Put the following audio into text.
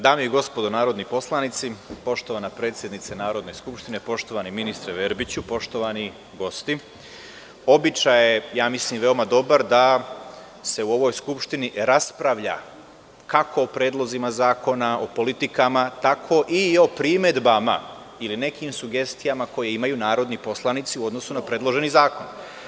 Dame i gospodo narodni poslanici, poštovana predsednice Narodne skupštine, poštovani ministre Verbiću, poštovani gosti, običaj je, mislim veoma dobar, da se u ovoj skupštini raspravlja kako o predlozima zakona, o politikama, tako i o primedbama ili nekim sugestijama koje imaju narodni poslanici u odnosu na predloženi zakon.